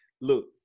look